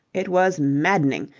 it was maddening,